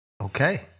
Okay